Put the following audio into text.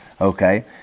Okay